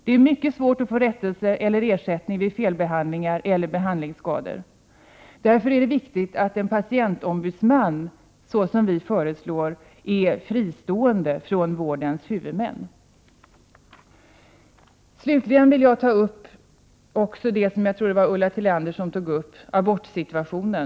Det är mycket svårt att få rättelse eller ersättning vid felbehandlingar eller behandlingsskador. Därför är det viktigt att en patientombudsman, såsom vi föreslår, är fristående från vårdens huvudmän. Slutligen vill jag ta upp abortsituationen, som också Ulla Tillander talade om. Antalet aborter har ökat.